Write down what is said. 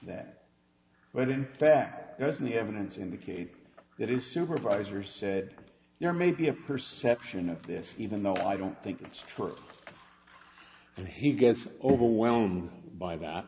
that but in fact has any evidence indicating that it's supervisor said there may be a perception of this even though i don't think it's true and he gets overwhelmed by that